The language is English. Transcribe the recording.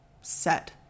set